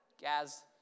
Gaz